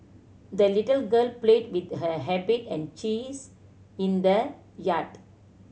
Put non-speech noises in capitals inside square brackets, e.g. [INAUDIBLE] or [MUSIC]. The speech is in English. the little girl played with her [UNINTELLIGIBLE] and cheese in the yard